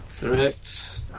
Correct